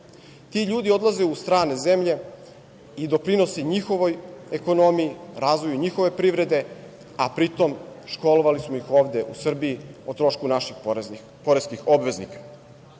ljudi odlaze u strane zemlje i doprinose njihovoj ekonomiji, razvoju njihove privrede, a pri tom, školovali smo ih ovde u Srbiji o trošku naših poreskih obveznika. Ovaj